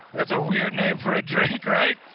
that's a weird name for a drink, right?